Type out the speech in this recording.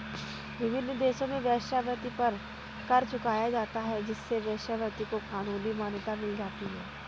विभिन्न देशों में वेश्यावृत्ति पर कर चुकाया जाता है जिससे वेश्यावृत्ति को कानूनी मान्यता मिल जाती है